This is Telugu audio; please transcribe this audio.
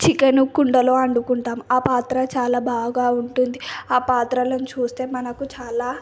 చికెను కుండలో వండుకుంటాం ఆ పాత్ర చాలా బాగా ఉంటుంది ఆ పాత్రలను చూస్తే మనకు చాలా